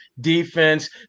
defense